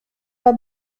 pas